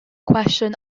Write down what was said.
question